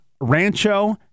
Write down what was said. Rancho